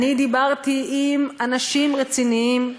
אני דיברתי עם אנשים רציניים,